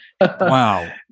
Wow